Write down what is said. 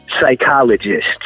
psychologists